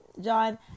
John